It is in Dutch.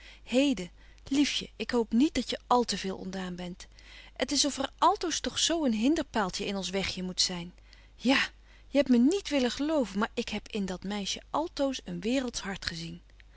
heden liefje ik hoop niet dat je al te veel ontdaan bent het is of er altoos toch zo een hinderpaaltje in ons wegje moet zyn ja je hebt me niet willen geloven maar ik heb in dat meisje altoos een waerelds hart gezien